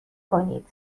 کنید